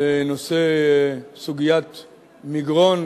לסוגיית מגרון,